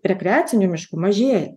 rekreacinių miškų mažėja